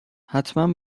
حتمن